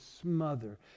smother